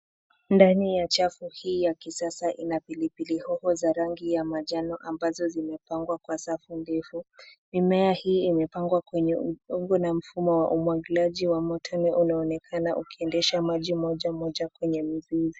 Ndani ya chafu hii ya kisasa ina pilipili hoho za rangi ya manjano ambazo zimepangwa kwa safu ndefu. Mimea hii imepagwa kwenye udongo na mfumo wa umwagiliaji wa matone unaonekena ukiendesha maji mojamoja kwenye mizizi.